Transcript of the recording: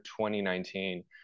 2019